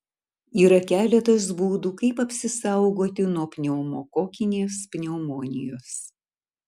yra keletas būdų kaip apsisaugoti nuo pneumokokinės pneumonijos